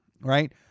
right